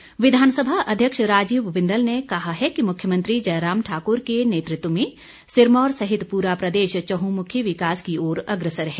बिंदल विधानसभा अध्यक्ष राजीव बिंदल ने कहा है कि मुख्यमंत्री जयराम ठाक्र के नेतृत्व में सिरमौर सहित पूरा प्रदेश चहंमुखी विकास की ओर अग्रसर है